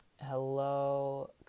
hello